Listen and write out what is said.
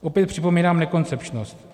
Opět připomínám nekoncepčnost.